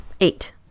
eight